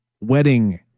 wedding